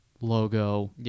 logo